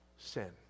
sin